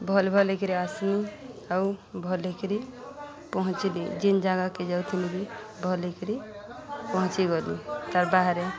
ଭଲ ଭଲ କିରି ଆସିନି ଆଉ ଭଲ ହେଇକିରି ପହଞ୍ଚିଲି ଯେନ୍ ଜାଗାକେ ଯାଉଥିଲେ ବି ଭଲ ହେଇକିରି ପହଞ୍ଚିଗଲି ତାର୍ ବାହାରେ